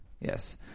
Yes